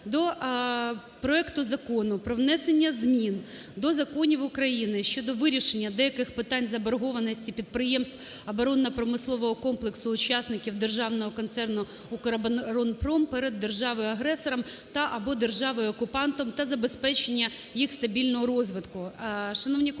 до проекту Закону про внесення змін до Законів України щодо вирішення деяких питань заборгованості підприємств оборонно-промислового комплексу – учасників Державного концерну "Укроборонпром" перед державою-агресором та/або державою окупантом та забезпечення їх стабільного розвитку.